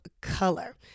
color